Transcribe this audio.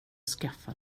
skaffa